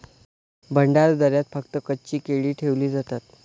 भंडारदऱ्यात फक्त कच्ची केळी ठेवली जातात